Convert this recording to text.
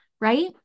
right